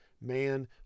Man